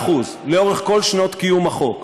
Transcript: לאורך כל שנות קיום החוק,